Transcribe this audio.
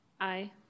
Aye